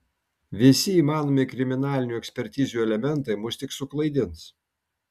visi įmanomi kriminalinių ekspertizių elementai mus tik suklaidins